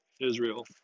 Israel